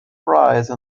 prize